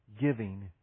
giving